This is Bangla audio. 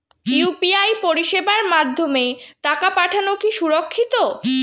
ইউ.পি.আই পরিষেবার মাধ্যমে টাকা পাঠানো কি সুরক্ষিত?